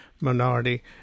minority